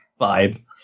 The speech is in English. vibe